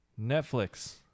netflix